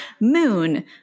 moon